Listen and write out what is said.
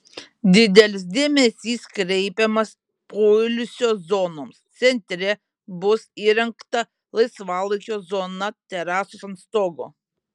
didelis dėmesys kreipiamas poilsio zonoms centre bus įrengta laisvalaikio zona terasos ant stogo